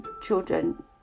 children